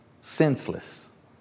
senseless